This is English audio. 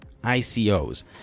ICOs